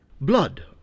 Blood